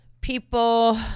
people